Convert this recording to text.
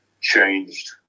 changed